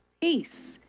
Peace